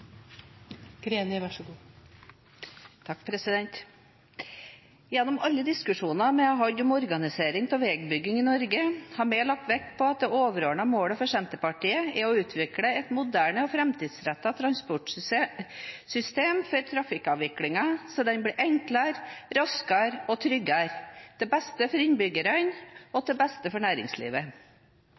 Gjennom alle diskusjoner vi har hatt om organisering av veibygging i Norge, har vi lagt vekt på at det overordnede målet for Senterpartiet er å utvikle et moderne og framtidsrettet transportsystem for trafikkavviklingen, slik at den blir enklere, raskere og tryggere – til beste for innbyggerne og til beste for næringslivet.